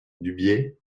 dubié